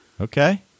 Okay